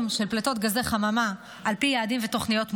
של פליטות גזי חממה על פי יעדים ותוכניות מובנות.